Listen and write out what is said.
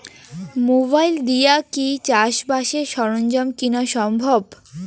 Mobile দিয়া কি চাষবাসের সরঞ্জাম কিনা সম্ভব?